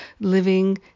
Living